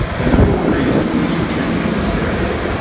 the number one reason was for treatment of hysteria.